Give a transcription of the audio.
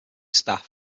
staff